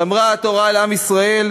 שמרה התורה על עם ישראל,